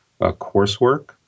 coursework